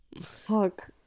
fuck